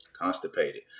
constipated